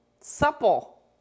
supple